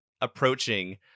approaching